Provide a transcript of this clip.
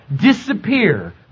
disappear